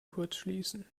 kurzschließen